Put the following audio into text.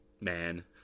man